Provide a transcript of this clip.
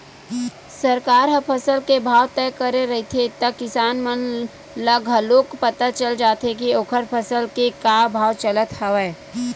सरकार ह फसल के भाव तय करे रहिथे त किसान मन ल घलोक पता चल जाथे के ओखर फसल के का भाव चलत हवय